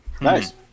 Nice